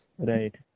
Right